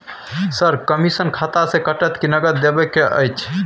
Sir, commission खाता से कटत कि नगद देबै के अएछ?